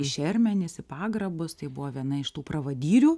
į šermenis į pagrabus tai buvo viena iš tų pravadyrių